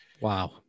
Wow